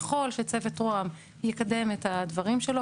ככל שצוות רוה"מ יקדם את הדברים שלו,